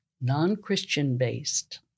non-Christian-based